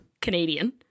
Canadian